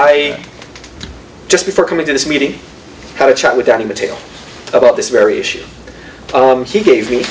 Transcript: i just before coming to this meeting had a chat with any material about this very issue he gave me